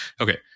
okay